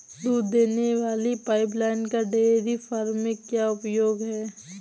दूध देने वाली पाइपलाइन का डेयरी फार्म में क्या उपयोग है?